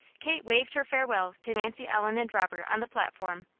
kate waved her farewells to nancy ellen and robert on the platform,